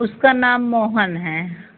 उसका नाम मोहन है